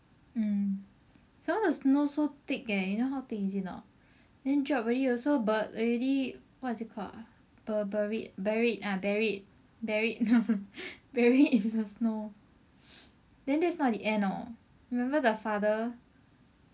mm some more the snow so thick leh you know how thick it is or not then drop already also ber~ already what is it called bur~ buried buried uh buried uh buried buried in the snow then that's not the end hor you remember the father